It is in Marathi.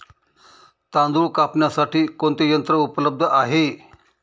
तांदूळ कापण्यासाठी कोणते यंत्र उपलब्ध आहे?